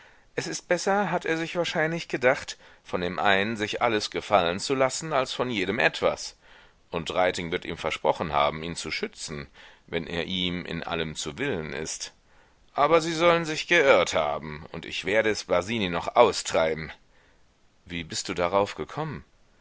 es ist besser hat er sich wahrscheinlich gedacht von dem einen sich alles gefallen zu lassen als von jedem etwas und reiting wird ihm versprochen haben ihn zu schützen wenn er ihm in allem zu willen ist aber sie sollen sich geirrt haben und ich werde es basini noch austreiben wie bist du darauf gekommen